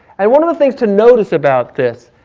and one of the things to notice about this,